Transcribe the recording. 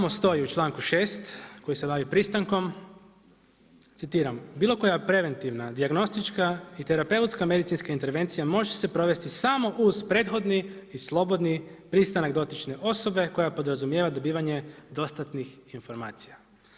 Tamo stoji u članku 6. koji se bavi pristankom, citiram: „Bilo koja preventivna, dijagnostička i terapeutska medicinska intervencija može se provesti samo uz prethodni i slobodni pristanak dotične osobe koja podrazumijeva dobivanje dostatnih informacija.